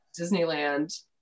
disneyland